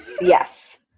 Yes